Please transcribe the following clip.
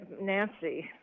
Nancy